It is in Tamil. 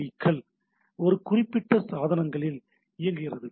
பி முகவர்கள் ஒரு குறிப்பிட்ட சாதனங்களில் இயங்குகிறது